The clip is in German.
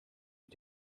ich